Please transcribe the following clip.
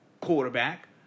quarterback